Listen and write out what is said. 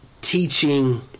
teaching